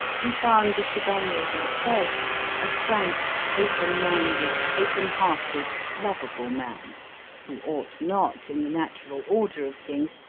he found the chevalier himself a frank, open-minded, open-hearted, lovable man who ought not, in the natural order of things,